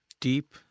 deep